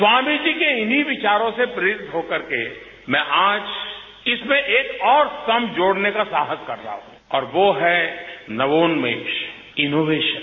स्वामी जी के इन्हीं विचारों से प्रेरित हो करके मैं आज इसमें एक ओर स्तंभ जोड़ने का साहस कर रहा हूं और वे है नवोन्मेष इनोवेशन